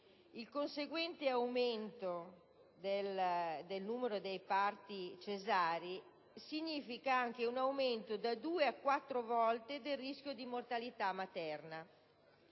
il conseguente aumento del numero dei parti cesarei significa anche un aumento da due a quattro volte del rischio di mortalità materna.